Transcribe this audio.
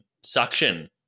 suction